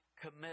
commit